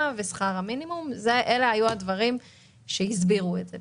ושכר המינימום אלה היו הדברים שהסבירו את זה.